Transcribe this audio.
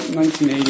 1980